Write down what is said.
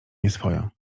nieswojo